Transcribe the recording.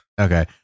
Okay